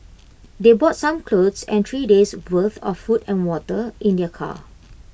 they brought some clothes and three days' worth of food and water in their car